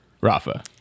Rafa